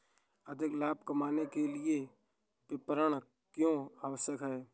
अधिक लाभ कमाने के लिए विपणन क्यो आवश्यक है?